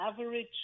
average